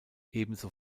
ebenso